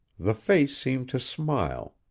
the face seemed to smile,